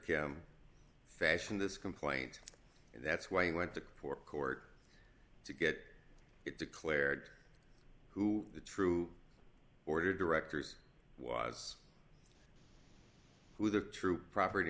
kim fashion this complaint and that's why he went to court court to get it declared who the true order directors was who the true property